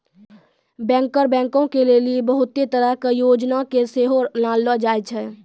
banker बैंको के लेली बहुते तरहो के योजना के सेहो लानलो जाय छै